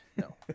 no